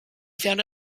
found